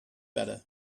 better